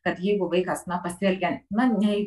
kad jeigu vaikas pasielgia na nei